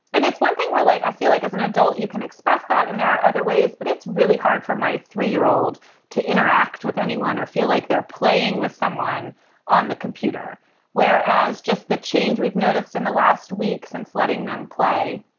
and it's one thing we're like. i feel like as an adult, you can express that. and there are other ways. but it's really hard for my three year old to interact with anyone anyone or feel like they're playing with someone on the computer where as just the change we've noticed in the last week since letting them play.